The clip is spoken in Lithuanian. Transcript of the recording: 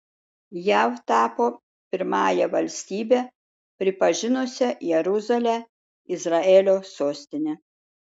jav tapo pirmąja valstybe pripažinusia jeruzalę izraelio sostine